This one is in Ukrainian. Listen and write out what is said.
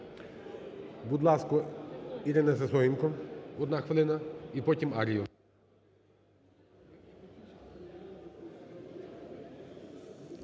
Будь ласка, Ірина Сисоєнко, одна хвилина. І потім –